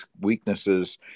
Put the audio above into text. weaknesses